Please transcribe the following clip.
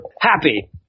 happy